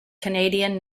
canadian